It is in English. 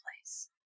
place